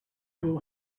will